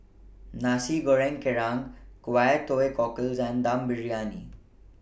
Nasi Goreng Kerang Kway Teow Cockles and Dum Briyani